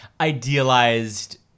idealized